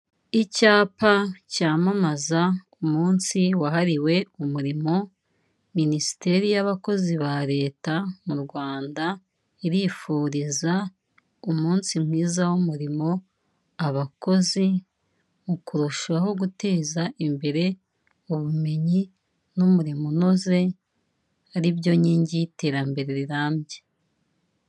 Icyapa cyamamaza umunsi wahariwe umurimo, minisiteri y'abakozi ba leta mu Rwanda irifuriza umunsi mwiza w'umurimo abakozi mu kurushaho guteza imbere ubumenyi n'umurimo unoze ari byo nkingi y'iterambere rirambye.